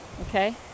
okay